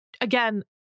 again